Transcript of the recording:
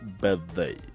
birthday